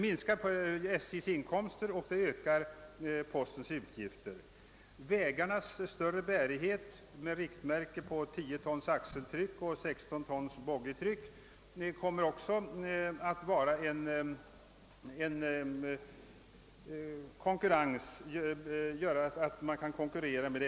Vi har vidare att ta hänsyn till att vägarnas större härighet, med 10 tons axeltryck och 16 tons boggietryck som riktmärke, kommer att medföra att SJ utsätts för hårdare konkurrens från lastbilstrafiken.